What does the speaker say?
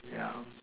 yeah